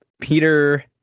Peter